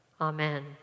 Amen